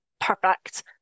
perfect